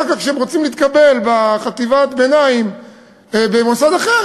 אחר כך כשהם רוצים להתקבל לחטיבת הביניים במוסד אחר,